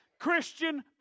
Christian